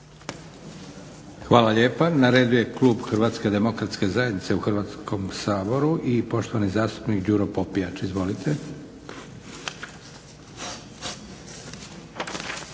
Hvala lijepa. Na redu je klub HDZ-a u Hrvatskom saboru i poštovani zastupnik Đuro Popijač. Izvolite.